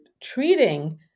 treating